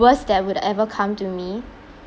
worst that would ever come to me